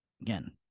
again